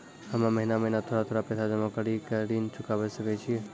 हम्मे महीना महीना थोड़ा थोड़ा पैसा जमा कड़ी के ऋण चुकाबै सकय छियै?